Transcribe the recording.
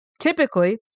Typically